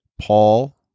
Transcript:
Paul